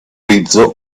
utilizzo